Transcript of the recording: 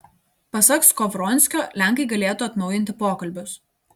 pasak skovronskio lenkai galėtų atnaujinti pokalbius